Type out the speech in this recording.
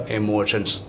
emotions